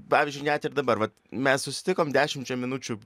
pavyzdžiui net ir dabar vat mes susitikom dešimčia minučių